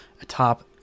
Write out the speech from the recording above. atop